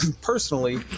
personally